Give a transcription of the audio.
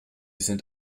sind